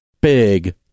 Big